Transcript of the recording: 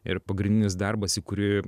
ir pagrindinis darbas į kurį